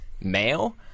male